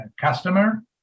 customer